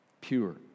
pure